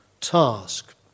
task